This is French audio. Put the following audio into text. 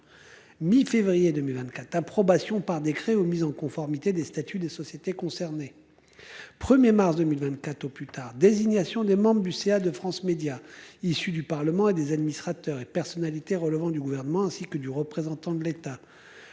Mi-février 2024 approbation par décret aux mise en conformité des statuts des sociétés concernées. 1er mars 2024 au plus tard, désignation des membres du CA de France Médias issu du Parlement, et des administrateurs et personnalités relevant du gouvernement ainsi que du représentant de l'État.